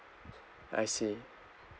I see